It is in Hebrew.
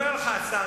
יש ציפי ויש היתר.